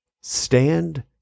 Stand